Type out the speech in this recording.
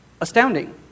astounding